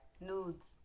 Nudes